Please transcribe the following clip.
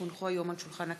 כי הונחו היום על שולחן הכנסת,